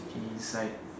he's like